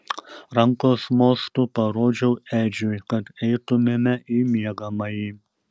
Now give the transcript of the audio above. rankos mostu parodžiau edžiui kad eitumėme į miegamąjį